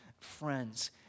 friends